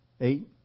eight